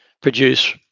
produce